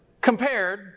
Compared